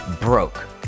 broke